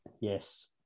yes